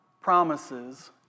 promises